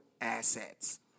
assets